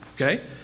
Okay